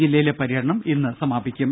ജില്ലയിലെ പര്യടനം ഇന്ന് സമാപിക്കും